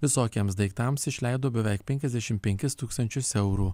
visokiems daiktams išleido beveik penkiasdešim penkis tūkstančius eurų